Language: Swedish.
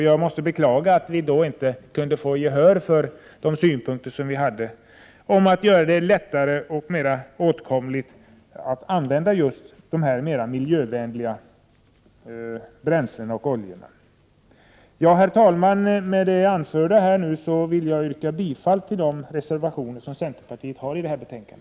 Jag beklagar att vi då inte kunde få gehör för våra synpunkter att göra användningen av dessa mer miljövänliga bränslen och oljor mer lättillgänglig. Herr talman! Med det anförda yrkar jag bifall till de reservationer där centerpartiet finns med.